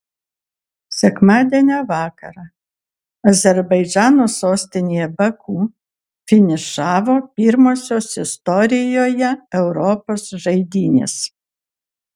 sekmadienio vakarą azerbaidžano sostinėje baku finišavo pirmosios istorijoje europos žaidynės